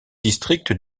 districts